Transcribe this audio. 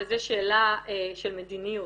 וזו שאלה של מדיניות,